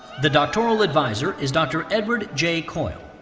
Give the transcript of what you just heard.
the doctoral advisor is dr. edward j. coyle.